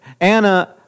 Anna